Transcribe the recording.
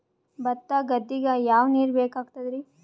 ಭತ್ತ ಗದ್ದಿಗ ಯಾವ ನೀರ್ ಬೇಕಾಗತದರೀ?